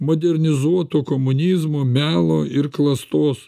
modernizuoto komunizmo melo ir klastos